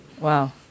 Wow